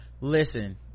Listen